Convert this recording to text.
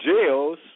jails